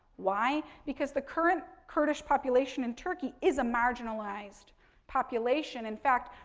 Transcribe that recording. why? because the current kurdish population in turkey is a marginalized population. in fact,